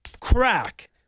crack